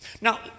Now